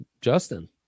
Justin